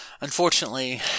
unfortunately